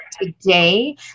today